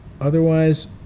otherwise